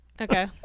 Okay